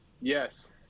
Yes